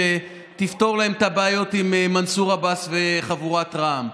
שתפתור להם את הבעיות עם מנסור עבאס וחבורת רע"מ,